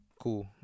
Cool